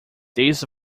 this